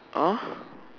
ah